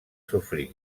sofrir